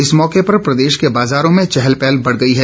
इस मौके पर प्रदेश के बाजारों में चहल पहल बढ़ गई है